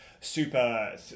super